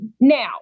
Now